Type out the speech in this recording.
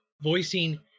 voicing